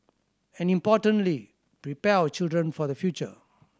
and importantly prepare our children for the future